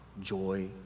joy